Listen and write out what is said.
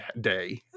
day